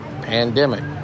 pandemic